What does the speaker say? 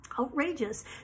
outrageous